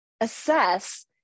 assess